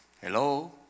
Hello